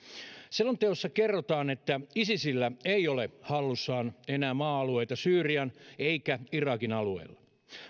selonteossa kerrotaan että isisillä ei ole hallussaan enää maa alueita syyrian eikä irakin alueella